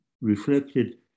reflected